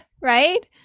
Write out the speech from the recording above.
right